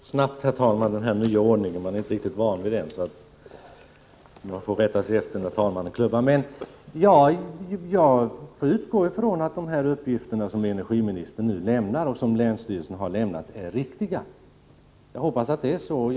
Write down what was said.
Herr talman! Det går snabbt med den nya debattordningen vid frågestunder. Vi är inte riktigt vana vid den, men vi får rätta oss efter när talmannen 55 klubbar. Jag utgår från att de uppgifter som länsstyrelsen har lämnat till energimi 14 november 1985 nistern och som hon nu har redovisat är riktiga.